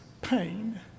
pain